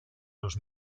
los